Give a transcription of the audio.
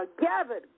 gathered